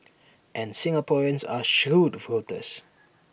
and Singaporeans are shrewd voters